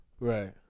Right